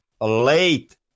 late